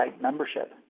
membership